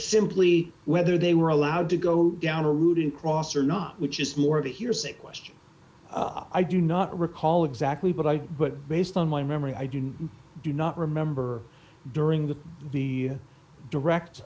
simply whether they were allowed to go down a route in cross or not which is more of a hearsay question i do not recall exactly but i but based on my memory i do you do not remember during the the direct